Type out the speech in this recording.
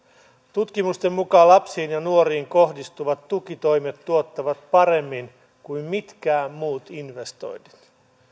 tutkimusten mukaan lapsiin ja nuoriin kohdistuvat tukitoimet tuottavat paremmin kuin mitkään muut investoinnit